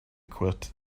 quit